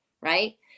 Right